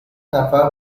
نفر